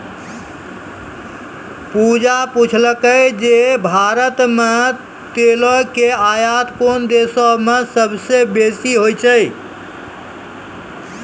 पूजा पुछलकै जे भारत मे तेलो के आयात कोन देशो से सभ्भे से बेसी होय छै?